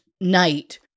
night